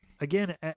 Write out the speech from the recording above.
again